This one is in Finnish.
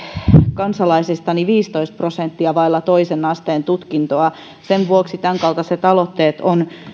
kansalaisista viisitoista prosenttia vailla toisen asteen tutkintoa sen vuoksi tämänkaltaiset aloitteet ovat